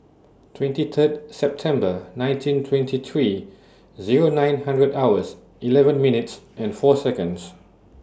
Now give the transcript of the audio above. twenty Third September nineteen twenty three Zero nine hundred hours eleven minutes and four Seconds